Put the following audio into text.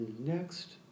Next